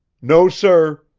no, sir.